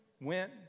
went